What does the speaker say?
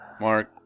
Mark